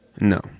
no